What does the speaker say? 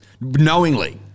knowingly